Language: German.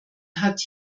hat